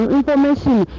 information